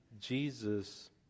Jesus